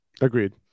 Agreed